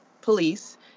police